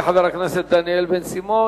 תודה לחבר הכנסת דניאל בן-סימון.